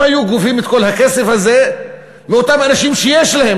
אם היו גובים את כל הכסף הזה מאותם אנשים שיש להם,